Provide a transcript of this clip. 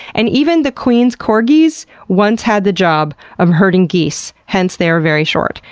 and even the queen's corgis once had the job of herding geese, hence they are very short.